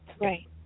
Right